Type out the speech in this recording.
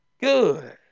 good